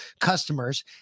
customers